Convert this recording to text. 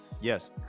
Yes